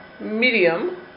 medium